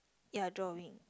ya drawing